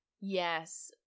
Yes